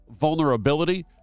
vulnerability